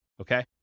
Okay